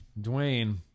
Dwayne